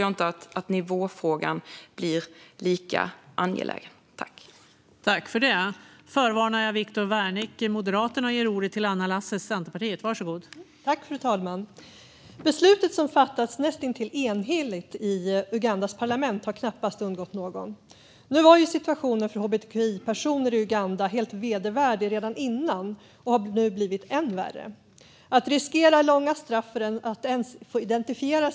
Jag tror inte att nivåfrågan blir lika angelägen då.